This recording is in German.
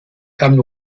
kamen